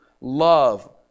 love